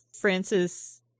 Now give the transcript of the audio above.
Francis